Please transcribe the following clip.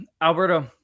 Alberto